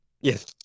Yes